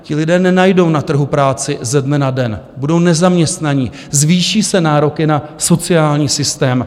Ti lidé nenajdou na trhu práci, ze dne na den, budou nezaměstnaní, zvýší se nároky na sociální systém.